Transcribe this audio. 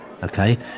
Okay